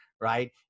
right